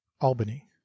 Albany